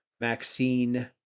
maxine